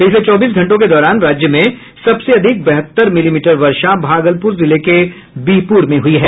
पिछले चौबीस घंटों के दौरान राज्य में सबसे अधिक बहत्तर मिलीमीटर वर्षा भागलपुर जिले के बिहपुर में हुई है